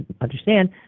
understand